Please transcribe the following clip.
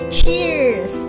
Cheers